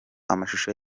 amashusho